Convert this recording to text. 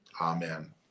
Amen